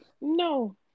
No